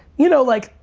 you know like,